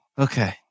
Okay